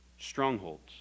strongholds